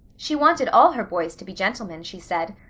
she wanted all her boys to be gentlemen, she said.